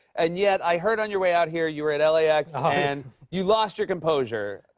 and, yet, i heard on your way out here, you were at lax. and you lost your composure.